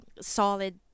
solid